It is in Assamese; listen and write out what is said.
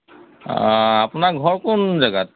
আপোনাৰ ঘৰ কোন জেগাত